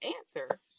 answer